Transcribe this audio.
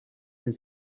his